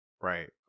Right